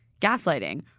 gaslighting